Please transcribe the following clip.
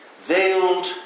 veiled